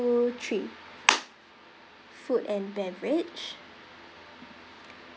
three food and beverage